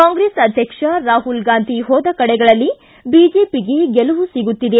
ಕಾಂಗ್ರೆಸ್ ಅಧ್ಯಕ್ಷ ರಾಹುಲ್ ಗಾಂಧಿ ಹೋದ ಕಡೆಗಳಲ್ಲಿ ಬಿಜೆಒಗೆ ಗೆಲುವು ಸಿಗುತ್ತಿದೆ